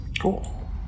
Cool